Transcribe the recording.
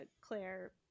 Claire